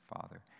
Father